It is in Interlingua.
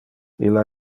illa